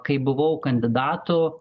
kai buvau kandidatu